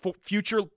future